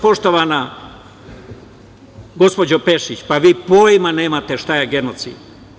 Poštovana gospođo Pešić, pa vi pojma nemate šta je genocid.